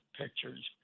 pictures